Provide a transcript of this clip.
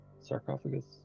sarcophagus